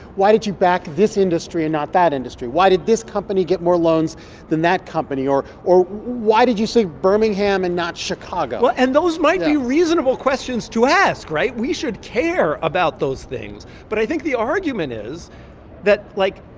why did you back this industry and not that industry? why did this company get more loans than that company? or or why did you save birmingham and not chicago? well, and those. yeah. might be reasonable questions to ask, right? we should care about those things. but i think the argument is that, like,